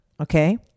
Okay